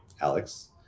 Alex